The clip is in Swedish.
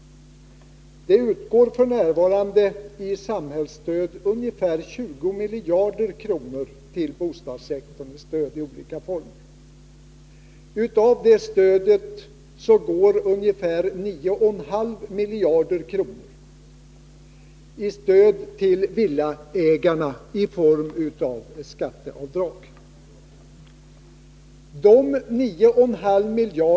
Det utgår f.n. ett samhällsstöd i olika former på ungefär 20 miljarder kronor till bostadssektorn. Av det stödet går ungefär 9,5 miljarder kronor till villaägarna i form av skatteavdrag.